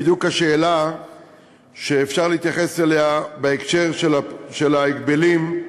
בדיוק השאלה שאפשר להתייחס אליה בהקשר של ההגבלים.